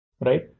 Right